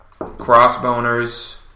Crossboners